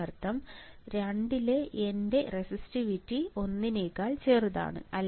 അതിനർത്ഥം 2 ലെ എന്റെ റെസിസ്റ്റീവിറ്റി ഒന്നിനേക്കാൾ ചെറുതാണ്